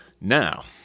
Now